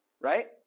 right